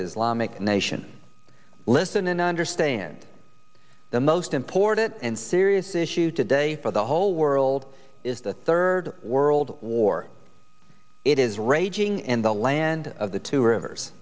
islamic nation listen and understand the most important and serious issue today for the whole world is the third world war it is raging in the land of the two rivers